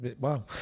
Wow